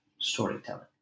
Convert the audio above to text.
storytelling